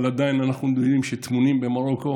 אבל עדיין אנחנו יודעים שטמונים במרוקו